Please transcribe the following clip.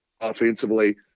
offensively